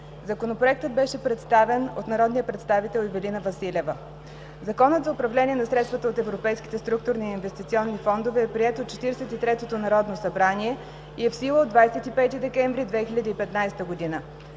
Законопроектът беше представен от народния представител Ивелина Василева. Законът за управление на средствата от Европейските структурни и инвестиционни фондове е приет от 43-то Народно събрание и е в сила от 25 декември 2015 г.